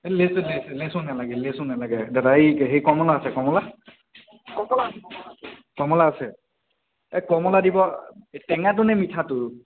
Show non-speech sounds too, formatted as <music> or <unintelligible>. লেচু লেচু লেচু নালাগে লেচু নালাগে দাদা এই কমলা আছে কমলা <unintelligible> কমলা আছে এই কমলা দিব টেঙাটো নে মিঠাটো